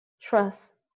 Trust